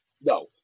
No